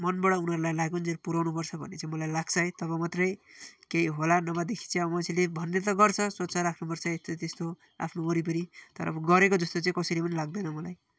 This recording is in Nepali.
मनबाट उनीहरूलाई लागुन्जेल पुऱ्याउनु पर्छ भन्ने चाहिँ मलाई लाग्छ है तब मात्रै केही होला नभएदेखि चाहिँ मान्छेले भन्ने त गर्छ स्वच्छ राख्नु पर्छ यस्तो त्यस्तो आफ्नो वरिपरि तर अब गरेको जस्तो चाहिँ कसैले पनि लाग्दैन मलाई